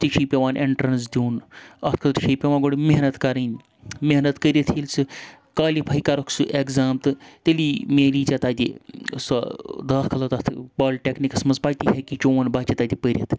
تہِ چھُی پٮ۪وان اٮ۪نٹرَنٕس دیُن اَتھ خٲطرٕ چھُی پیٚوان گۄڈٕ محنت کَرٕنۍ محنت کٔرِتھ ییٚلہِ سُہ کالِفاے کَرکھ سُہ ایٚگزام تہٕ تیٚلی میلی ژےٚ تَتہِ سۄ داخلہٕ تَتھ پالٹیکنِکَس منٛز پَتہِ ہیٚکہِ یہِ چون بَچہِ تَتہِ پٔرِتھ